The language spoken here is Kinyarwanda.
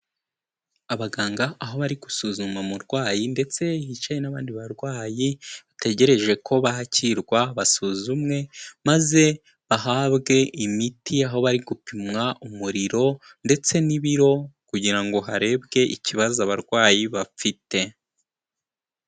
Abaganga aho bari gusuzuma umurwayi ndetse hicaye n'abandi barwayi bategereje ko bakirwa basuzumwe, maze bahabwe imiti aho bari gupimwa umuriro ndetse n'ibiro kugira ngo harebwe ikibazo abarwayi bafite.